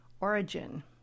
Origin